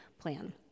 plan